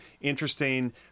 interesting